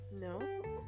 no